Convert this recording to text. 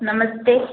नमस्ते